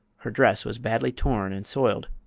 her dress was badly torn and soiled.